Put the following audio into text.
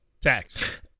tax